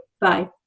Bye